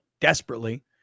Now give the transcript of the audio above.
desperately